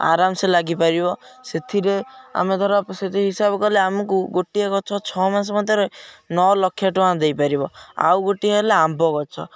ଆରାମସେ ଲାଗିପାରିବ ସେଥିରେ ଆମେ ଧର ସେଥି ହିସାବ କଲେ ଆମକୁ ଗୋଟିଏ ଗଛ ଛଅ ମାସ ମଧ୍ୟରେ ନଅ ଲକ୍ଷ ଟଙ୍କା ଦେଇପାରିବ ଆଉ ଗୋଟିଏ ହେଲା ଆମ୍ବ ଗଛ